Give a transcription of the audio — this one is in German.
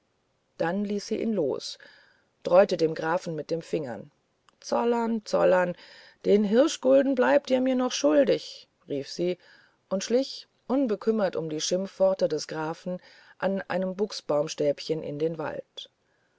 dann ließ sie ihn los dräute dem grafen mit dem finger zollern zollern den hirschgulden bleibt ihr mir noch schuldig rief sie und schlich unbekümmert um die schimpfworte des grafen an einem buchsbaumstäbchen in den wald